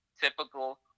typical